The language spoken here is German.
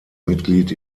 mitglied